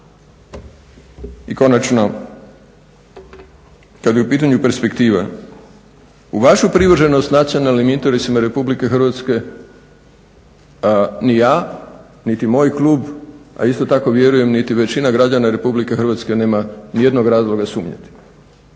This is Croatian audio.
I konačno, kad je u pitanju perspektiva u vašu privrženost nacionalnim interesima Republike Hrvatske ni ja niti moj klub, a isto tako vjerujem niti većina građana Republike Hrvatske nema nijednog razloga sumnjati